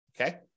okay